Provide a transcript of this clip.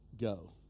go